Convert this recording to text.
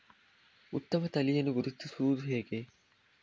ಉತ್ತಮ ತಳಿಯನ್ನು ಗುರುತಿಸುವುದು ಹೇಗೆ?